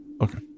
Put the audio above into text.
Okay